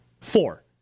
Four